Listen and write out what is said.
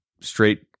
straight